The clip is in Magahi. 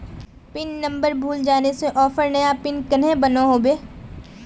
पिन नंबर भूले जाले से ऑफर नया पिन कन्हे बनो होबे?